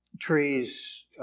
Trees